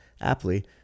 aptly